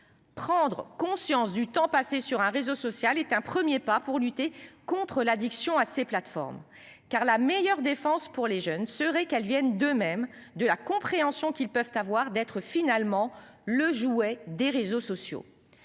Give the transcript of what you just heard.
Prendre conscience du temps passé sur un réseau social est un 1er pas pour lutter contre l'addiction à ces plateformes. Car la meilleure défense pour les jeunes seraient qu'elles viennent de même de la compréhension qu'ils peuvent avoir, d'être finalement le jouet des réseaux sociaux.